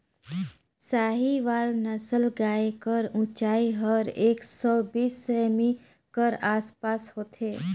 साहीवाल नसल गाय कर ऊंचाई हर एक सौ बीस सेमी कर आस पास होथे